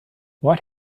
what